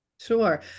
Sure